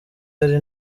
ari